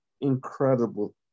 incredible